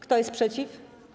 Kto jest przeciw?